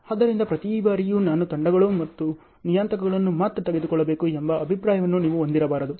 ಆದ್ದರಿಂದ ಪ್ರತಿ ಬಾರಿಯೂ ನಾನು ತಂಡಗಳು ಮತ್ತು ನಿಯತಾಂಕಗಳನ್ನು ಮಾತ್ರ ತೆಗೆದುಕೊಳ್ಳಬೇಕು ಎಂಬ ಅಭಿಪ್ರಾಯವನ್ನು ನೀವು ಹೊಂದಿರಬಾರದು